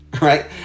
Right